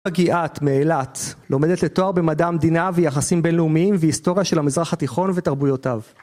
מגיעת מאלת, לומדת לתואר במדע המדינה ויחסים בינלאומיים והיסטוריה של המזרח התיכון ותרבויותיו